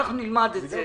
שנלמד את זה.